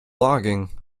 logging